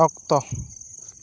ᱚᱠᱛᱚ